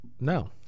No